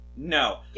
No